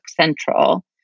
central